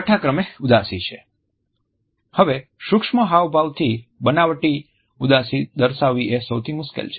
છઠા ક્રમે ઉદાસી છે હવે સૂક્ષ્મ હાવભાવ થી બનાવટી ઉદાસી દર્શાવવી એ સૌથી મુશ્કેલ છે